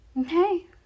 Okay